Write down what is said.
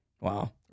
wow